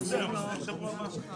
ההסתייגות לא נתקבלה ההסתייגות לא התקבלה.